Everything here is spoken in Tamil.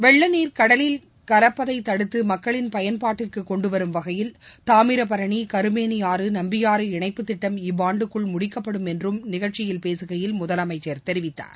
வெள்ளநீர் கடலில் கலப்பதைத் தடுத்து மக்களின் பயன்பாட்டுக்கு கொண்டு வரும் வகையில் தாமிரபரணி கருமேனியாறு நம்பியாறு இணைப்புத் திட்டம் இவ்வாண்டுக்குள் முடிக்கப்படும் என்று இந்நிகழ்ச்சியில் பேசுகையில் தெரிவித்தார்